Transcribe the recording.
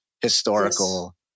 historical